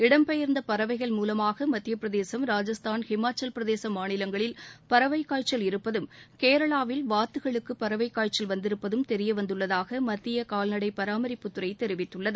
இடம்பெயர்ந்த பறவைகள் மூலமாக மத்திய பிரதேசம் ராஜஸ்தான் ஹிமாச்சலப்பிரதேச மாநிஷங்களில் பறவைக் காய்ச்சல் இருப்பதும் கேரளாவில் வாத்துகளுக்கு பறவைக் காய்ச்சல் வந்திருப்பதும் தெரியவந்துள்ளதாக மத்திய கால்நடைபராமரிப்புத்துறை தெரிவித்துள்ளது